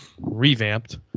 revamped